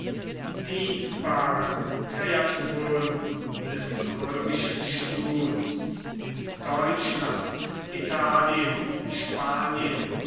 dienstbaren kreaturen des römischen stuhls deutschland italien spanien